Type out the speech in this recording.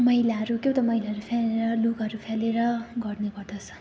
मैलाहरू के हो त मैलाहरू फ्यालेर लुगाहरू फ्यालेर गर्ने गर्दछ